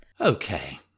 Okay